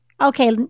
Okay